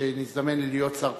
כשנזדמן לי להיות שר התקשורת,